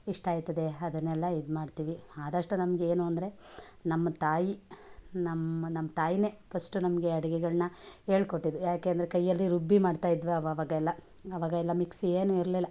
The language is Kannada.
ಇಷ್ಟ ಐತದೆ ಅದನ್ನೆಲ್ಲ ಇದ್ಮಾಡ್ತೀವಿ ಆದಷ್ಟು ನಮಗೇನು ಅಂದರೆ ನಮ್ಮ ತಾಯಿ ನಮ್ಮ ನಮ್ಮ ತಾಯಿನೇ ಫಸ್ಟು ನಮಗೆ ಅಡುಗೆಗಳನ್ನ ಹೇಳ್ಕೊಟ್ಟಿದ್ದು ಯಾಕೆಂದರೆ ಕೈಯಲ್ಲಿ ರುಬ್ಬಿ ಮಾಡ್ತಾಯಿದ್ವಿ ಆವಾಗ ಆವಾವಾಗೆಲ್ಲ ಮಿಕ್ಸಿ ಏನು ಇರಲಿಲ್ಲ